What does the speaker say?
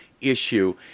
issue